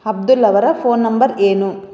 ಅಬ್ದುಲ್ ಅವರ phone number ಏನು